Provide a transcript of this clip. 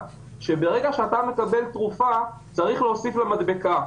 שברגע שאתה מקבל תרופה צריך להוסיף מדבקה.